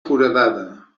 foradada